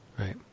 Right